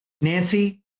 Nancy